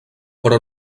però